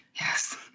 Yes